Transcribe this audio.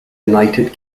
united